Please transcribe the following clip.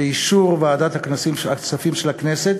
באישור ועדת הכספים של הכנסת,